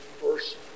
first